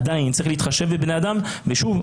אבל עדיין צריך להתחשב בבני אדם ושוב,